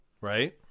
Right